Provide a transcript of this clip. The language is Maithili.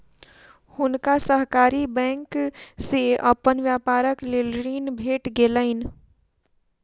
हुनका सहकारी बैंक से अपन व्यापारक लेल ऋण भेट गेलैन